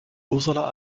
ursula